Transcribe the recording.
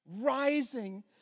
rising